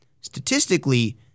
statistically